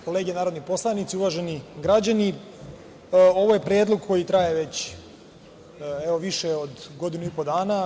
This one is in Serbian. Kolege narodni poslanici, uvaženi građani, ovo je predlog koji traje već više od godinu i po dana.